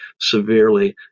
severely